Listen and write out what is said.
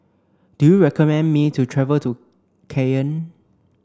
do you recommend me to travel to Cayenne